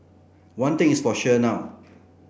one thing is for sure now